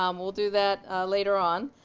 um we'll do that later on.